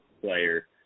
player